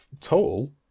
total